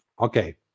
okay